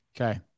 Okay